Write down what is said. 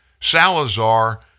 Salazar